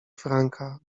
franka